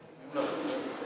נמנעים.